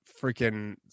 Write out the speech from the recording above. freaking